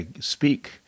speak